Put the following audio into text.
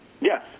Yes